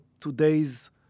today's